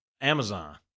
Amazon